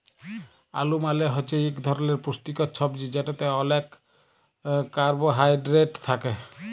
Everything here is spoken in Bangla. আলু মালে হছে ইক ধরলের পুষ্টিকর ছবজি যেটতে অলেক কারবোহায়ডেরেট থ্যাকে